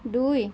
দুই